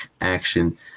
action